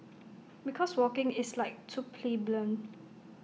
because walking is like too plebeian